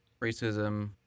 racism